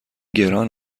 گران